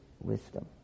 wisdom